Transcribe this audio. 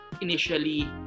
initially